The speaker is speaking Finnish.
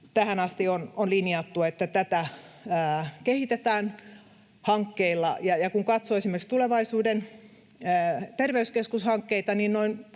tähän asti on linjattu, että tätä kehitetään hankkeilla. Ja kun katsoo esimerkiksi tulevaisuuden terveyskeskushankkeita,